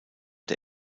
der